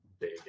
big